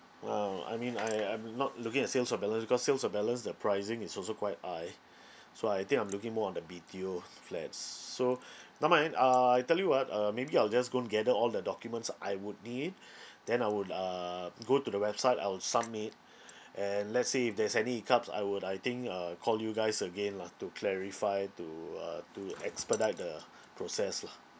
ah I mean I am not looking at sales of balance because sales of balance the pricing is also quite high so I think I'm looking more on the B_T_O flats so never mind uh I tell you what uh maybe I'll just go and gather all the documents I would need then I would um go to the website I will submit and let's say if there's any hiccups I would I think uh call you guys again lah to clarify to uh to expedite the process lah